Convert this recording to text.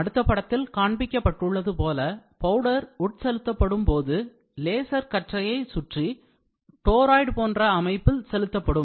அடுத்த படத்தில் காண்பிக்கப் பட்டது போல பவுடர் உட்படுத்தப்படும்போது லேசர் கற்றையை சுற்றி toroid போன்ற அமைப்பில் செலுத்தப்படும்